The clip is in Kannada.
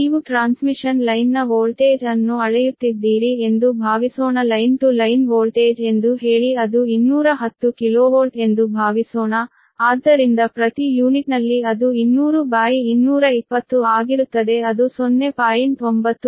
ನೀವು ಟ್ರಾನ್ಸ್ಮಿಷನ್ ಲೈನ್ನ ವೋಲ್ಟೇಜ್ ಅನ್ನು ಅಳೆಯುತ್ತಿದ್ದೀರಿ ಎಂದು ಭಾವಿಸೋಣ ಲೈನ್ ಟು ಲೈನ್ ವೋಲ್ಟೇಜ್ ಎಂದು ಹೇಳಿ ಅದು 210 kV ಎಂದು ಭಾವಿಸೋಣ ಆದ್ದರಿಂದ ಪ್ರತಿ ಯೂನಿಟ್ನಲ್ಲಿ ಅದು 200220 ಆಗಿರುತ್ತದೆ ಅದು 0